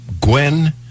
Gwen